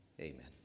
amen